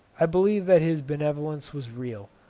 i believe that his benevolence was real,